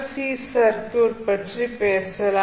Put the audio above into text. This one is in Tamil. சி சர்க்யூட் பற்றி பேசலாம்